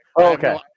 Okay